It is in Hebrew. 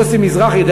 יוסי מזרחי,